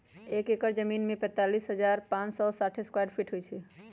एक एकड़ जमीन में तैंतालीस हजार पांच सौ साठ स्क्वायर फीट होई छई